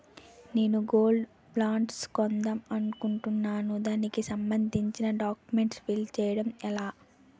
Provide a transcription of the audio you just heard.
నేను gold bonds కొందాం అనుకుంటున్నా దానికి సంబందించిన డాక్యుమెంట్స్ ఫిల్ చేయడం ఎలా?